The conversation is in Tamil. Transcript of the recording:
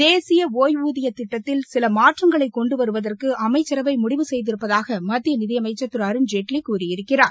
தேசிய ஒய்வூதிய திட்டத்தில் சில மாற்றங்களை கொண்டு வருவதற்கு அமைச்சரவை முடிவு செய்திருப்பதாக மத்திய நிதியமைச்சர் திரு அருண்ஜேட்லி கூறியிருக்கிறார்